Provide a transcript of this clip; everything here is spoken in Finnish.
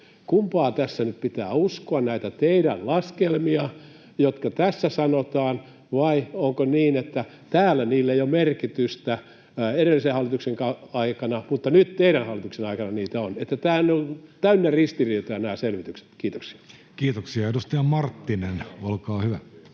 Kumpaa tässä nyt pitää uskoa: näitä teidän laskelmianne, jotka tässä sanotaan, vai onko niin, että näillä ei ole merkitystä edellisen hallituksen aikana mutta nyt teidän hallituksen aikana on? Nämä selvityksethän ovat täynnä ristiriitoja. — Kiitoksia [Speech 21] Speaker: